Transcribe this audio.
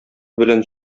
белән